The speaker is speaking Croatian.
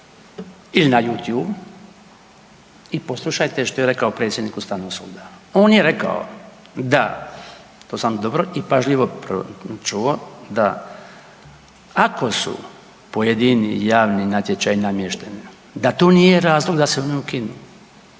ili na Youtube i poslušajte što je rekao predsjednik Ustavnog suda. On je rekao to sam dobro i pažljivo čuo da ako su pojedini javni natječaji namješteni da to nije razlog da se oni ukinu